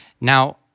Now